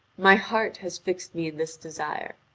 my heart has fixed me this desire.